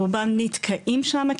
רובם נתקעים שמה,